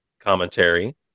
commentary